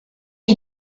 she